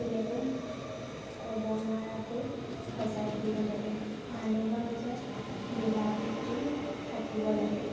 তেনেকৈ ক'ব নোৱাৰাকৈ সজাই তুলিব লাগে মানুহৰ মাজত মিলা প্ৰীতি থাকিব লাগে